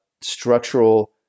structural